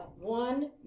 one